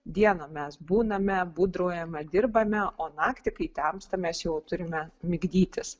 dieną mes būname būdraujame dirbame o naktį kai temsta mes jau turime migdytis